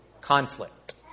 conflict